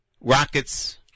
rockets